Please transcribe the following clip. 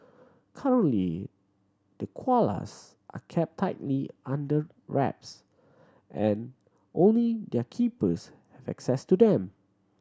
currently the koalas are kept tightly under wraps and only their keepers access to them